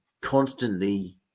constantly